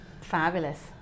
Fabulous